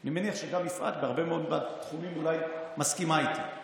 אני מניח שגם יפעת בהרבה מאוד מהתחומים מסכימה איתי,